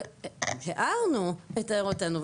אבל הערנו את הערותינו.